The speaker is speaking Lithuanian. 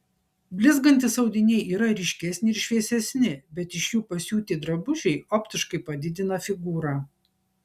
blizgantys audiniai yra ryškesni ir šviesesni bet iš jų pasiūti drabužiai optiškai padidina figūrą